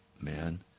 man